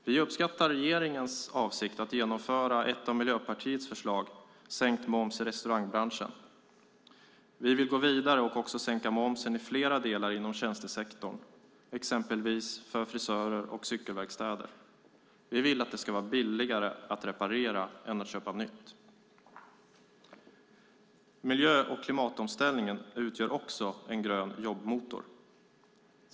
Vi uppskattar regeringens avsikt att genomföra ett av Miljöpartiets förslag om sänkt moms i restaurangbranschen. Vi vill gå vidare och också sänka momsen i flera delar inom tjänstesektorn, exempelvis för frisörer och cykelverkstäder. Vi vill att det ska vara billigare att reparera än att köpa nytt. Miljö och klimatomställningen utgör också en grön jobbmotor.